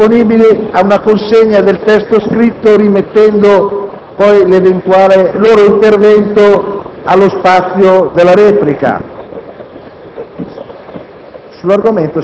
Dopo tutta questa discussione, sta nascendo in me la convinzione che il colpevole, come nei migliori gialli, sia il maggiordomo, perché altri non ne ho individuati*.